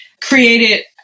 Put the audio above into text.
created